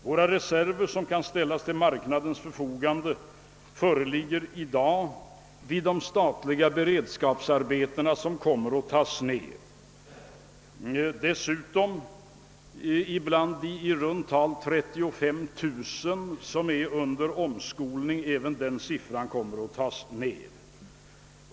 Våra reserver som kan ställas till marknadens förfogande utgörs i dag av de statliga beredskapsarbetena som kommer att tas ned, samt av de i runt tal 35 000 personer som är under omskolning, en siffra som även kommer att tas ned.